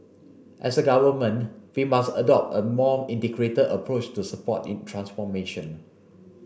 as a Government we must adopt a more integrated approach to support in transformation